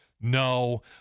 no